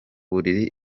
buriri